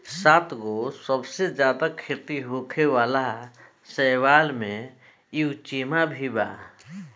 सातगो सबसे ज्यादा खेती होखे वाला शैवाल में युचेमा भी बा